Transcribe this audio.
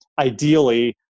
ideally